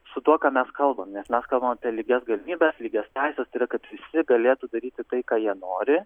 su tuo ką mes kalbam nes mes kalbam apie lygias galimybes lygias teises tai yra kad visi galėtų daryti tai ką jie nori